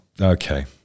Okay